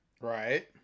Right